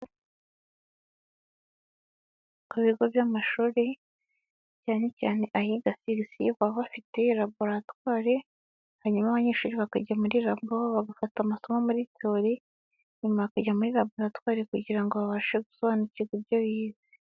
Ku bigo by'amashuri cyane cyane ahiga CBC, baba bafite laboratwari hanyuma abanyeshuri bakajya muri labo aho bafata amasomo muri tewori, nyuma baka kujya muri laboratwaire kugira ngo babashe gusobanukirwa ibyo bize.